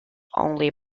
only